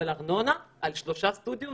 אבל הארנונה מתקתקת על שלושה סטודיואים